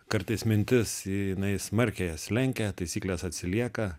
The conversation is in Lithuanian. kartais mintis jinai smarkiai jas lenkia taisyklės atsilieka